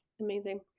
Amazing